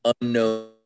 unknown